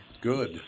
Good